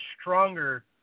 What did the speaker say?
stronger